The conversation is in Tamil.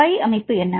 பை அமைப்பு என்ன